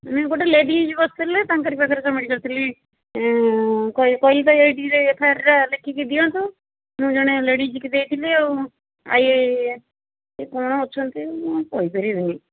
ନାଇଁ ଗୋଟେ ଲେଡ଼ିଜ୍ ବସିଥିଲେ ତାଙ୍କରି ପାଖରେ କହିଲେ କହିଲେ ତ ଏଇଠି ଯାଇ ଏଫ୍ଆଇଆର୍ଟା ଲେଖିକି ଦିଅନ୍ତୁ ମୁଁ ଜଣେ ଲେଡ଼ିଜ୍ଙ୍କି ଦେଇଥିଲି ଆଉ ଆଇ କ'ଣ ଅଛନ୍ତି ମୁଁ କହି ପାରିବିନି